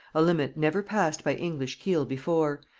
a limit never passed by english keel before,